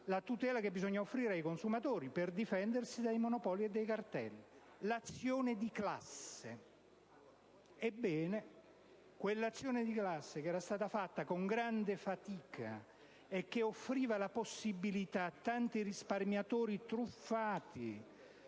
la tutela che bisogna offrire ai consumatori per difendersi dai monopoli e dai cartelli attraverso la cosiddetta azione di classe. Ebbene, l'azione di classe, realizzata con grande fatica e che offriva la possibilità a tanti risparmiatori truffati